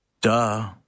Duh